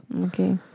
Okay